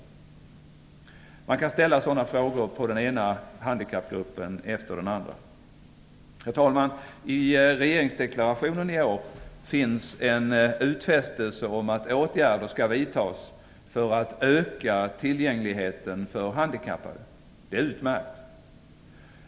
Man kan ställa sådana frågor vad gäller den ena handikappgruppen efter den andra. Herr talman! I regeringsdeklarationen i år finns en utfästelse om att åtgärder skall vidtas för att öka tillgängligheten för handikappade. Det är utmärkt.